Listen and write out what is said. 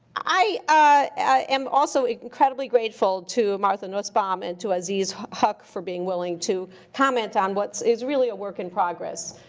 i am also incredibly grateful to martha nussbaum, and to aziz huq for being willing to comment on what is really a work in progress.